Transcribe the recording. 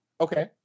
Okay